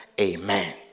Amen